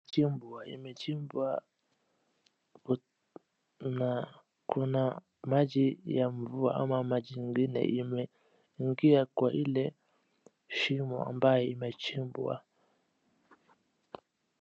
Shimo imechimbwa na kuna maji ya mvua ama maji ingine imeingia kwa ile shimo ambayo imechimbwa.